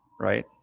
right